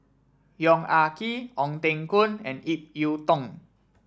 Yong Ah Kee Ong Teng Koon and Ip Yiu Tung